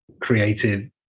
creative